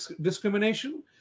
discrimination